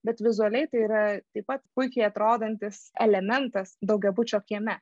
bet vizualiai tai yra taip pat puikiai atrodantis elementas daugiabučio kieme